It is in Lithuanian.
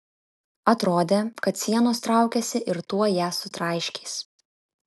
atrodė kad sienos traukiasi ir tuoj ją sutraiškys